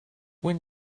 when